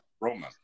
Roman